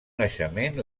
naixement